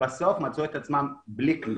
הגיעו ובסוף מצאו את עצמם בלי כלום.